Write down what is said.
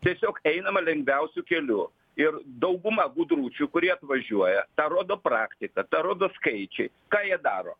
tiesiog einama lengviausiu keliu ir dauguma gudručių kurie atvažiuoja tą rodo praktika tą rodo skaičiai ką jie daro